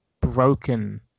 broken